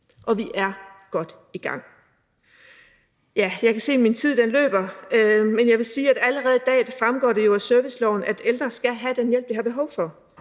og vi er godt i gang. Jeg kan se, at min tid løber, men jeg vil sige, at det jo allerede i dag fremgår af serviceloven, at ældre skal have den hjælp, de har behov for.